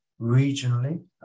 regionally